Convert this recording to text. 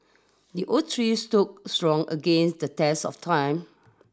the oak tree stood strong against the test of time